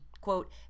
quote